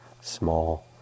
small